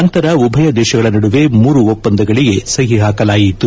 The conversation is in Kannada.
ನಂತರ ಉಭಯ ದೇಶಗಳ ನಡುವೆ ಮೂರು ಒಪ್ವಂದಗಳಿಗೆ ಸಹಿ ಹಾಕಲಾಯಿತು